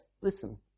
listen